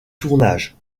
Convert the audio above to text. tournage